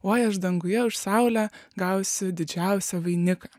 oi aš danguje už saulę gausiu didžiausią vainiką